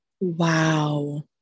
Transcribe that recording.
Wow